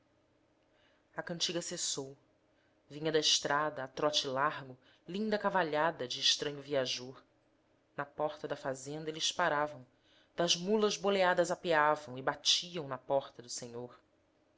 a cantiga cessou vinha da estrada a trote largo linda cavalhada de estranho viajor na porta da fazenda eles paravam das mulas boleadas apeavam e batiam na porta do senhor